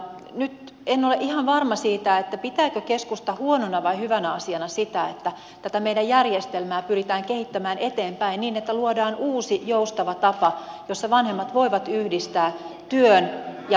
nyt en ole ihan varma siitä pitääkö keskusta huonona vai hyvänä asiana sitä että meidän järjestelmäämme pyritään kehittämään eteenpäin niin että luodaan uusi joustava tapa jossa vanhemmat voivat yhdistää työn ja perheen